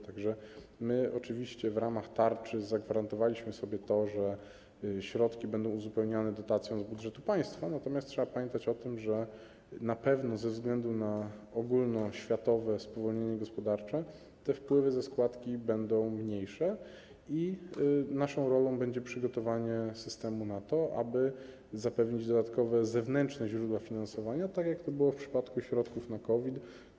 Tak że w ramach tarczy oczywiście zagwarantowaliśmy sobie to, że środki będą uzupełniane dotacją z budżetu państwa, natomiast trzeba pamiętać o tym, że na pewno ze względu na ogólnoświatowe spowolnienie gospodarcze te wpływy ze składki będą mniejsze i naszą rolą będzie przygotowanie systemu na to, aby zapewnić dodatkowe zewnętrzne źródła finansowania, tak jak to było w przypadku środków na COVID.